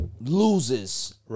loses